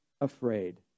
afraid